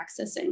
accessing